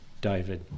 David